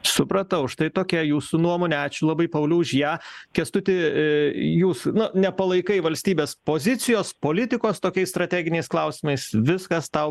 supratau štai tokia jūsų nuomonė ačiū labai paulių už ją kęstuti jūs na nepalaikai valstybės pozicijos politikos tokiais strateginiais klausimais viskas tau